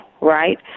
Right